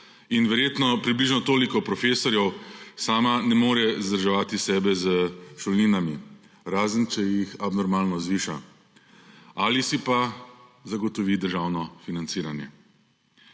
in verjetno približno toliko profesorjev, sama ne more vzdrževati sebe s šolninami, razen če jih abnormalno zviša ali si pa zagotovi državno financiranje.